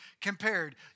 compared